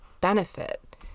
benefit